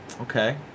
Okay